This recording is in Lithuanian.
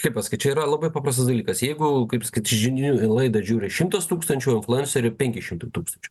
kaip pasakyt čia yra labai paprastas dalykas jeigu kaip sakyt žinių laidą žiūri šimtus tūkstančių influenceriį penki šimtai tūkstančių